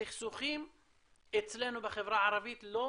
סכסוכים אצלנו בחברה הערבית לא